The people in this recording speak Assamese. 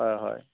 হয় হয়